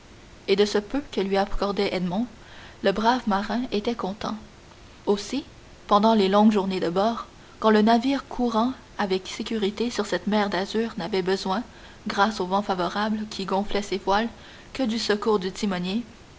et de ce peu que lui accordait edmond le brave marin était content aussi pendant les longues journées de bord quand le navire courant avec sécurité sur cette mer d'azur n'avait besoin grâce au vent favorable qui gonflait ses voiles que du secours du timonier